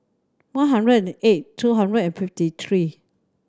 one hundred and eight two hundred and fifty three